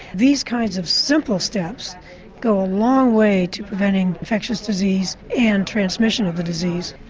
these kinds of simple steps go a long way to preventing infectious disease and transmission of the disease.